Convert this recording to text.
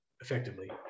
effectively